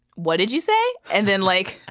what did you say and then, like,